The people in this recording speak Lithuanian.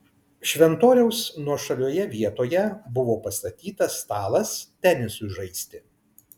šventoriaus nuošalioje vietoje buvo pastatytas stalas tenisui žaisti